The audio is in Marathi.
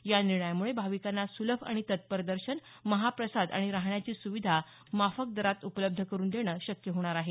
या निर्णयामुळे भाविकांना सुलभ आणि तत्पर दर्शन महाप्रसाद आणि राहण्याची सुविधा माफक दरात उपलब्ध करुन देणं शक्य होणार आहे